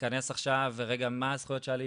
להיכנס עכשיו ולבדוק "רגע מה הזכויות שמגיע לי